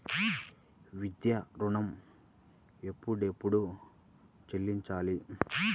విద్యా ఋణం ఎప్పుడెప్పుడు చెల్లించాలి?